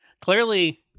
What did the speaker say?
Clearly